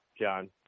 John